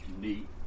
neat